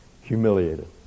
humiliated